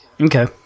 Okay